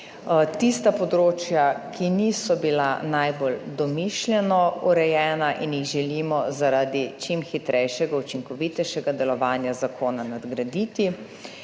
Tista področja, ki niso bila najbolj domišljeno urejena in jih želimo zaradi čim hitrejšega učinkovitejšega delovanja zakona nadgraditi,